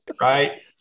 right